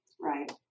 right